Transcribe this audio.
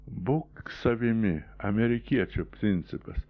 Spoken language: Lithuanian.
būk savimi amerikiečių principas